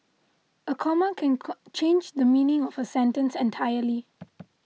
a comma can change the meaning of a sentence entirely